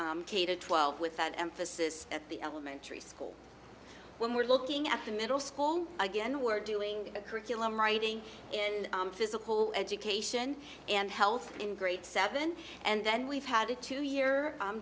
k to twelve with an emphasis at the elementary school we're looking at the middle school again who are doing a curriculum writing in physical education and health in grade seven and then we've had a two year